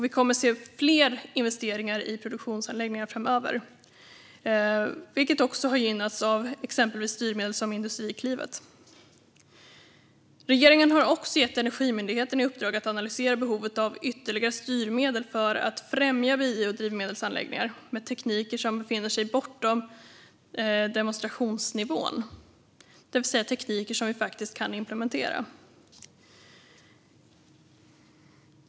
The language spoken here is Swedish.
Vi kommer att se fler investeringar i produktionsanläggningar framöver, vilket också har gynnats av exempelvis styrmedel som Industriklivet. Regeringen har även gett Energimyndigheten i uppdrag att analysera behovet av ytterligare styrmedel för att främja biodrivmedelsanläggningar med tekniker som befinner sig bortom demonstrationsnivån, det vill säga tekniker som vi faktiskt kan implementera.